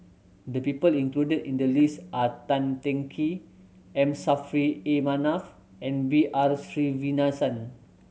the people included in the list are Tan Teng Kee M Saffri A Manaf and B R Sreenivasan